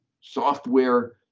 software